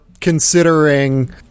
considering